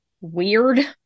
weird